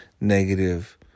negative